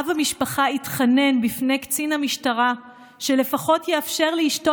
אב המשפחה התחנן בפני קצין המשטרה שלפחות יאפשר לאשתו